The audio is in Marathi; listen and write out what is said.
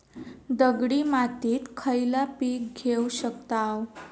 दगडी मातीत खयला पीक घेव शकताव?